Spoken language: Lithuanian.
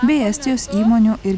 bei estijos įmonių ir